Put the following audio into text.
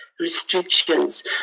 Restrictions